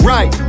Right